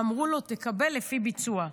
אמרו לו: תקבל לפי ביצוע.